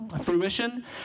fruition